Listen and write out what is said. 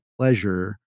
pleasure